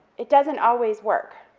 it doesn't always work.